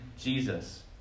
Jesus